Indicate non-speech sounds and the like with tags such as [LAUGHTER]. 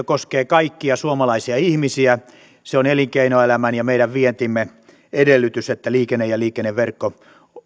[UNINTELLIGIBLE] koskee kaikkia suomalaisia ihmisiä ja se on elinkeinoelämän ja meidän vientimme edellytys että liikenne ja liikenneverkko